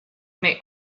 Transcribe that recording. may